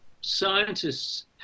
Scientists